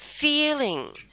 feeling